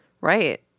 Right